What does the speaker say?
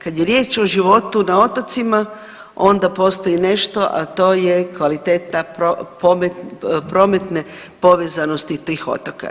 Kad je riječ o životu na otocima onda postoji nešto, a to je kvaliteta prometne povezanosti tih otoka.